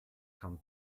kann